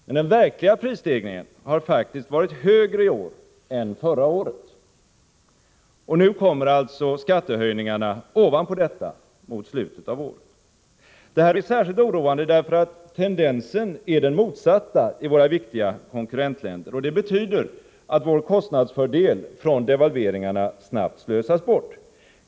Men den verkliga prisstegringen har faktiskt varit högre i år än förra året, och nu mot slutet av året kommer alltså skattehöjningarna ovanpå detta. Det här är särskilt oroande, därför att tendensen är den motsatta i våra viktigaste konkurrentländer. Det betyder att vår kostnadsfördel från devalveringarna snabbt slösas bort.